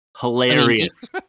Hilarious